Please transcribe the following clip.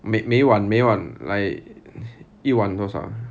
每每晚每晚来一晚多少